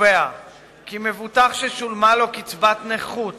קובע כי מבוטח ששולמה לו קצבת נכות